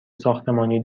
ساختمانی